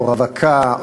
או רווקה,